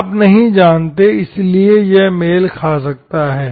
आप नहीं जानते इसलिए यह मेल खा सकता है